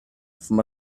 from